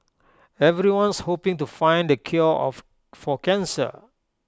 everyone's hoping to find the cure for cancer